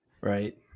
right